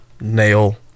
nail